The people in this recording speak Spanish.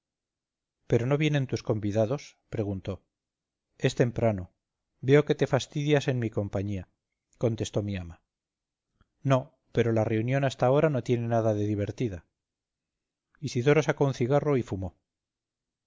pero no vienen tus convidados preguntó es temprano veo que te fastidias en mi compañía contestó mi ama no pero la reunión hasta ahora no tiene nada de divertida isidoro sacó un cigarro y fumó